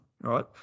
right